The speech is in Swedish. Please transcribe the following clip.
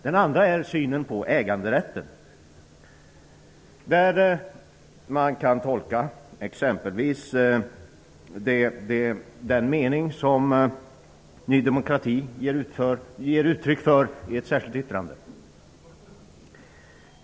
Den andra är synen på äganderätten. Ny demokrati ger uttryck för sin mening i ett särskilt yttrande.